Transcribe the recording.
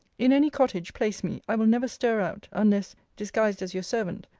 in any cottage place me, i will never stir out, unless, disguised as your servant,